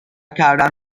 کردن